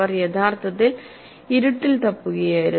അവർ യഥാർത്ഥത്തിൽ ഇരുട്ടിൽ തപ്പുകയായിരുന്നു